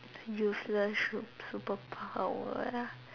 useless shup~ superpower ah